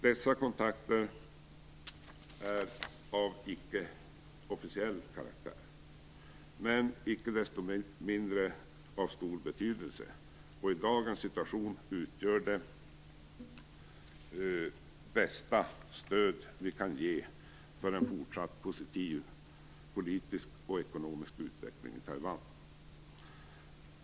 Dessa kontakter är av icke officiell karaktär, men icke desto mindre av stor betydelse. I dagens situation utgör det det bästa stöd vi kan ge för en fortsatt positiv politisk och ekonomisk utveckling i Taiwan.